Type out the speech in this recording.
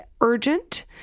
urgent